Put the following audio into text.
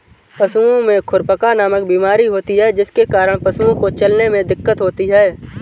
पशुओं में खुरपका नामक बीमारी होती है जिसके कारण पशुओं को चलने में दिक्कत होती है